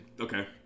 Okay